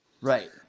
right